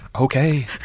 Okay